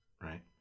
right